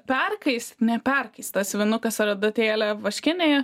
perkaist neperkais tas vynkas ar adatėlė vaškinėje